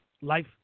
Life